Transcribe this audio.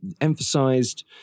emphasized